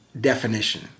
definition